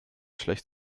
schlecht